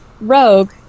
rogue